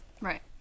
right